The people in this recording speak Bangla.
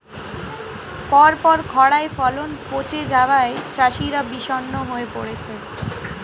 পরপর খড়ায় ফলন পচে যাওয়ায় চাষিরা বিষণ্ণ হয়ে পরেছে